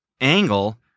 angle